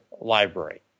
library